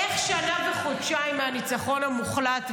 איך שנה וחודשיים מהניצחון המוחלט,